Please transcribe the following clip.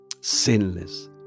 Sinless